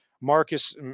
Marcus